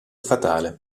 fatale